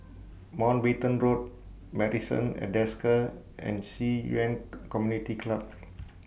Mountbatten Road Marrison At Desker and Ci Yuan Con Community Club